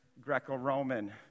Greco-Roman